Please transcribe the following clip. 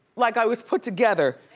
like i was put together